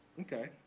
Okay